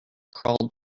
crawled